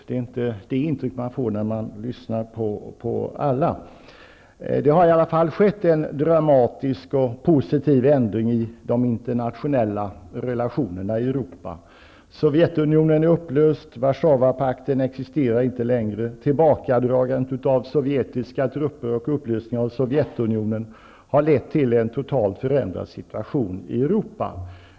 Det är inte det intryck man får när man lyssnar på alla. Det har i alla fall skett en dramatisk och positiv ändring i de internationella relationerna i Europa. Sovjetunionen är upplöst, och Warszawapakten existerar inte längre. Tillbakadragandet av sovjetiska trupper och upplösningen av Sovjetunionen har lett till en totalt förändrad situation i Europa.